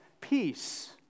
peace